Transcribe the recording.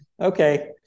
okay